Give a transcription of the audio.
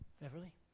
Beverly